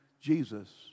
Jesus